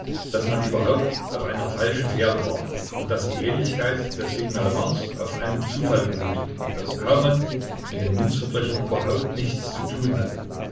daß man überhaupt auf einer falschen fährte war und daß die ähnlichkeit des signalements auf einem zufall beruhte und daß kaumann mit den münzverbrechern überhaupt nichts zu tun hatte